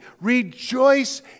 Rejoice